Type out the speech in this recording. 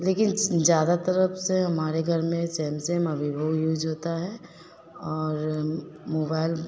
लेकिन ज़्यादातर अब से हमारे घर में सेम्सेम और विवो यूज होता है और मोबाइल